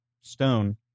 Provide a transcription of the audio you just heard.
stone